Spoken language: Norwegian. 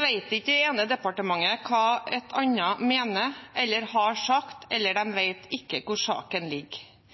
vet ikke det ene departementet hva et annet mener eller har sagt – eller de vet ikke hvor saken ligger.